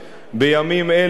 בימים אלה,